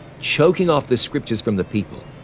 choking off the scriptures from the people,